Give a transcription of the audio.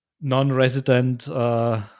non-resident